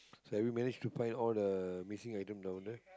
have we managed to find all the missing items down there